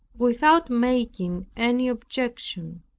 without making any objection.